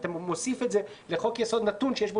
אתה מוסיף את זה לחוק יסוד נתון שיש בו